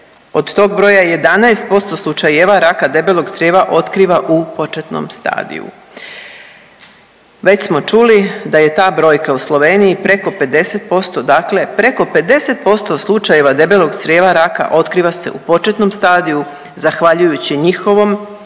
od tog broja 11% slučajeva raka debelog crijeva otkriva u početnom stadiju. Već smo čuli da je ta brojka u Sloveniji preko 50%, dakle preko 50% slučajeva debelog crijeva raka otkriva se u početnom stadiju zahvaljujući njihovom